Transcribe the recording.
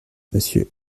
monsieur